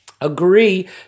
agree